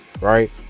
Right